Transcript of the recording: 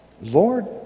Lord